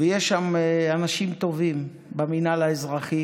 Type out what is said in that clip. יש שם אנשים טובים במינהל האזרחי